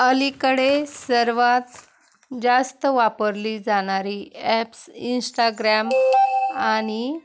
अलीकडे सर्वात जास्त वापरली जाणारी ॲप्स इंस्टाग्राम आणि